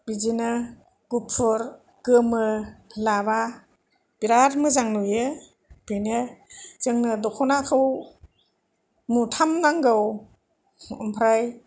बिदिनो गुफुर गोमो लाबा बेराद मोजां नुयो बेनो जोंनो दखनाखौ मुथाम नांगौ ओमफ्राय